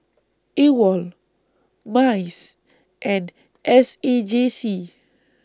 AWOL Mice and S A J C